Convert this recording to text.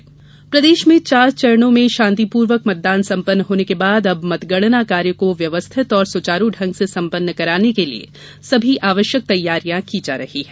मतगणना तैयारी प्रदेश में चार चरणों में शान्तिपूर्वक मतदान संपन्न होने के बाद अब मतगणना कार्य को व्यवस्थित और सुचारू ढंग से संपन्न कराने के लिये सभी आवश्यक तैयारियां की जा रही हैं